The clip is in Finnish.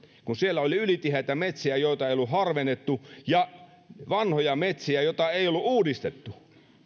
kun siellä oli ylitiheitä metsiä joita ei ollut harvennettu ja vanhoja metsiä joita ei ollut uudistettu